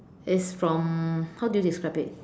is from how do you describe it